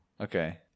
Okay